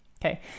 Okay